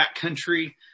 backcountry